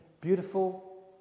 beautiful